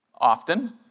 often